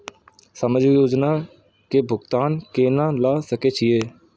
समाजिक योजना के भुगतान केना ल सके छिऐ?